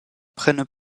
prennent